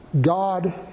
God